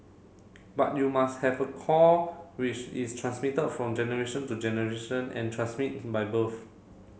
but you must have a core which is transmitted from generation to generation and transmit by birth